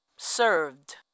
Served